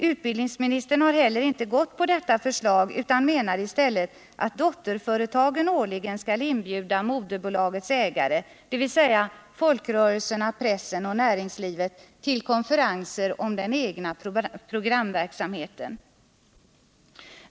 Utbildningsministern har heller inte gått på detta förslag och menar i stället att dotterföretagen årligen skall inbjuda moderbolagets ägare, dvs. folkrörelserna, pressen och näringslivet, till konferenser om den egna programverksamheten.